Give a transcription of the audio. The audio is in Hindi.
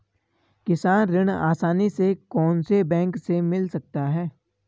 किसान ऋण आसानी से कौनसे बैंक से मिल सकता है?